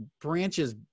branches